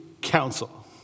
council